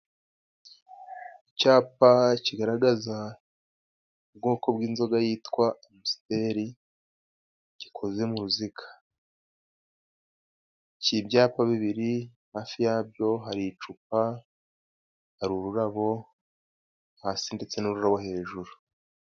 Icyapa kigaragaza ubwoko bw'inzoga yitwa amusteri, gikozwe mu ruziga, ibyapa bibiri hafi yabyo hari icupa, hari ururabo hasi ndetse n'ururabo hejuru.